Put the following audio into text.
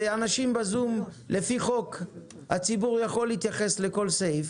אנשים בזום לפי חוק הציבור יכול להתייחס לכל סעיף,